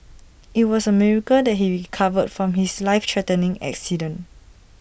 IT was A miracle that he recovered from his life threatening accident